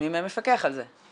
מי מהם מפקח על זה?